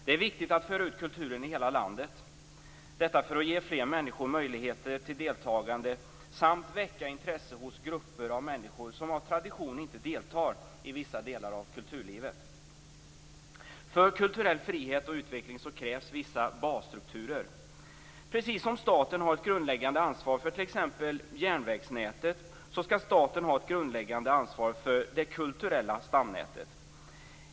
Det är viktigt att föra ut kulturen i hela landet, detta för att ge fler människor möjligheter till deltagande, samt väcka intresse hos grupper av människor som av tradition inte deltar i vissa delar av kulturlivet. För kulturell frihet och utveckling krävs vissa basstrukturer. Precis som staten har ett grundläggande ansvar för t.ex. järnvägsnätet skall staten ha ett grundläggande ansvar för det kulturella stamnätet.